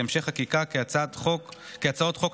להמשך חקיקה כהצעות חוק נפרדות,